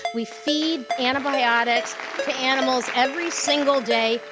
we feed antibiotics to animals every single day.